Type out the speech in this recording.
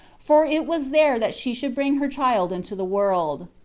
for it was there that she should bring her child into the world.